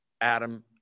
Adam